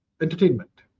entertainment